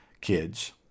kids